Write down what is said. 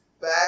back